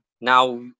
now